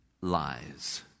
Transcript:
lies